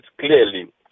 clearly